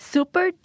Super